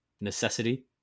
necessity